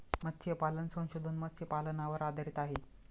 मत्स्यपालन संशोधन मत्स्यपालनावर आधारित आहे